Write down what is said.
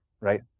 right